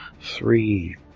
Three